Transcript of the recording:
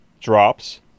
drops